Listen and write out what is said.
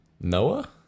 Noah